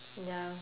ya